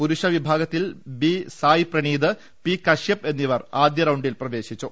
പുരുഷ വിഭാഗത്തിൽ B Sai Praneeth P Kashyap എന്നിവർ ആദ്യ റൌണ്ടിൽ വിജയിച്ചു